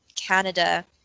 Canada